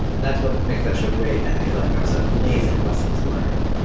and that's what makes that show great, and i feel like that was an amazing lesson to learn.